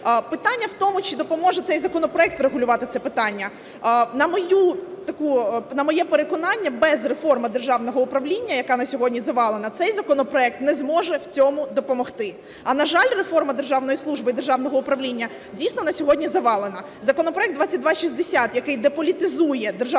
Питання в тому, чи допоможе цей законопроект врегулювати це питання. На моє переконання, без реформи державного управління, яка на сьогодні завалена, цей законопроект не зможе в цьому допомогти. А на жаль, реформа державної служби і державного управління, дійсно, на сьогодні завалена. Законопроект 2260, який деполітизує державну службу